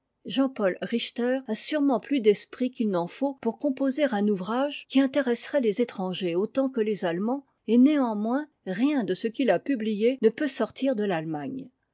paul richter a sûrement plus d'esprit qu'il n'en faut pour composer un ouvrage qui intéresserait les étrangers autant que les allemands et néanmoins rien de ce qu'il a publié ne peut sortir de t'attemagne